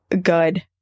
Good